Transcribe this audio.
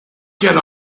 get